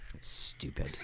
Stupid